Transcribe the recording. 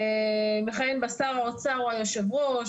שר האוצר הוא היו"ר,